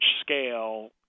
scale